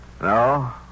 No